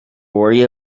worry